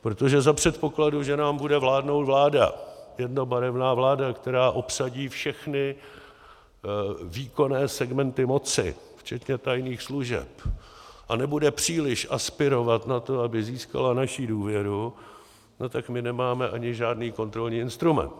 Protože za předpokladu, že nám bude vládnout vláda jednobarevná, vláda, která obsadí všechny výkonné segmenty moci, včetně tajných služeb a nebude příliš aspirovat na to, aby získala naši důvěru, tak my nemáme ani žádný kontrolní instrument.